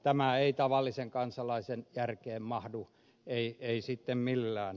tämä ei tavallisen kansalaisen järkeen mahdu ei sitten millään